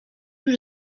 już